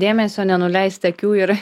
dėmesio nenuleisti akių ir